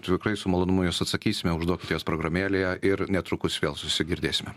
tikrai su malonumu į juos atsakysime užduokit jas programėlėje ir netrukus vėl susigirdėsime